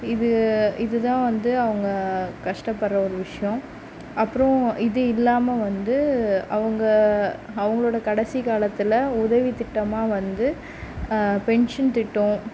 இது இது தான் வந்து அவங்க கஷ்டப்படுற ஒரு விஷயம் அப்புறம் இது இல்லாமல் வந்து அவங்க அவங்களோட கடைசி காலத்தில் உதவித் திட்டமாக வந்து பென்ஷன் திட்டம்